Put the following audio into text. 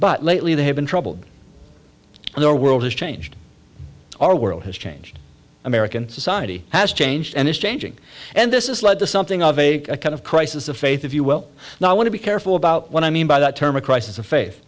but lately they have been troubled and the world has changed our world has changed american society has changed and it's changing and this is led to something of a kind of crisis of faith if you will now i want to be careful about what i mean by that term a crisis of faith